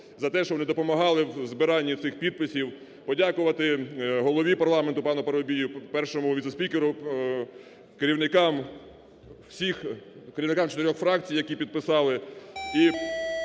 за те, що вони допомагали в збиранні цих підписів. Подякувати Голові парламенту пану Парубію, Першому віце-спікеру, керівникам всіх, керівникам чотирьох фракцій, які підписали,